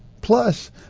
Plus